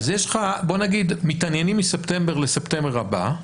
אז יש לך מתעניינים מספטמבר לספטמבר הבא,